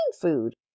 food